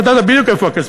ידעת בדיוק איפה הכסף,